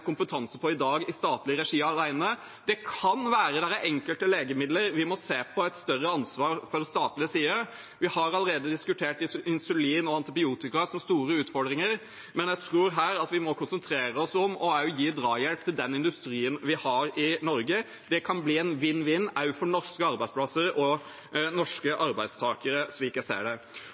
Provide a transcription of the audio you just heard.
kompetanse på i dag i statlig regi alene. Det kan være at det er enkelte legemidler vi må se på et større ansvar for fra statlig side. Vi har allerede diskutert insulin og antibiotika som store utfordringer. Men jeg tror at vi her må konsentrere oss om også i gi drahjelp til den industrien vi har i Norge. Det kan bli en vinn-vinn også for norske arbeidsplasser og norske arbeidstakere, slik jeg ser det.